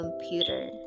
computer